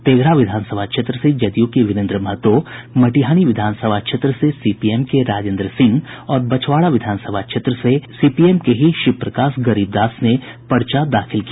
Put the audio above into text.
तेघड़ा विधानसभा क्षेत्र से जदयू से वीरेन्द्र महतो मटिहानी विधानसभा क्षेत्र से सीपीएम के राजेन्द्र सिंह और बछवाड़ा विधानसभा क्षेत्र से सीपीएम के ही शिव प्रकाश गरीब दास ने पर्चा दाखिल किया